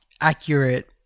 accurate